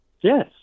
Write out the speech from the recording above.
Yes